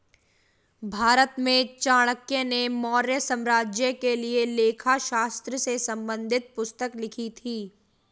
भारत में चाणक्य ने मौर्य साम्राज्य के लिए लेखा शास्त्र से संबंधित पुस्तक लिखी थी